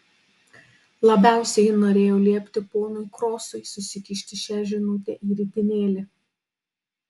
labiausiai ji norėjo liepti ponui krosui susikišti šią žinutę į ritinėlį